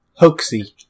hoaxy